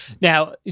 Now